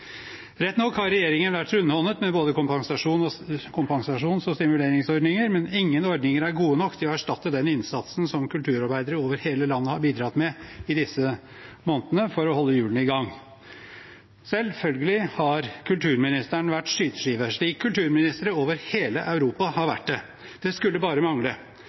Rett nok har regjeringen vært rundhåndet med både kompensasjons- og stimuleringsordninger, men ingen ordninger er gode nok til å erstatte den innsatsen som kulturarbeidere over hele landet har bidratt med i disse månedene for å holde hjulene i gang. Selvfølgelig har kulturministeren vært skyteskive, slik kulturministre over hele Europa har vært det. Det skulle bare mangle.